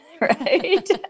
Right